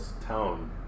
town